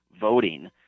voting